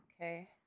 Okay